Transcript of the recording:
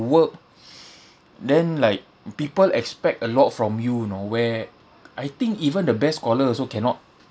work then like people expect a lot from you you know where I think even the best scholar also cannot